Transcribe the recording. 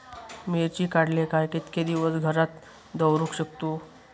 मिर्ची काडले काय कीतके दिवस घरात दवरुक शकतू?